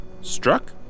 struck